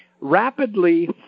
rapidly